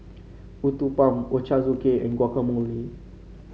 Uthapam Ochazuke and Guacamole